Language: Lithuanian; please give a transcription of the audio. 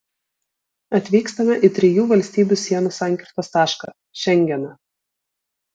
atvykstame į trijų valstybių sienų sankirtos tašką šengeną